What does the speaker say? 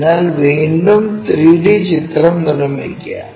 അതിനാൽ വീണ്ടും 3 ഡി ചിത്രം നിർമ്മിക്കുക